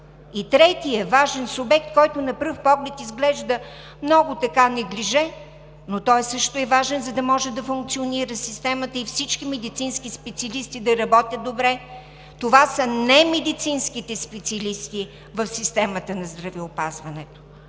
И третият важен субект, който на пръв поглед изглежда много така неглиже, но той също е важен, за да може да функционира системата и всички медицински специалисти да работят добре, това са немедицинските специалисти в системата на здравеопазването.